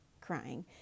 crying